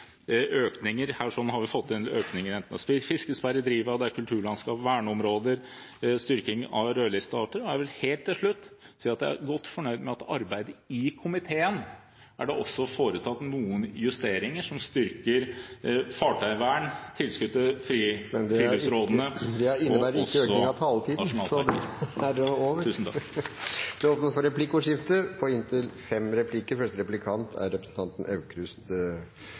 økninger. Her har vi fått inn økninger enten det er fiskesperre i Driva, det er kulturlandskap, det er verneområder, eller det er styrking av rødlistearter. Jeg vil helt til slutt si at jeg er godt fornøyd med at i arbeidet i komiteen er det også foretatt noen justeringer som styrker fartøyvern, tilskudd til friluftsrådene og … Det innebærer ikke en økning av taletiden, som er omme. Det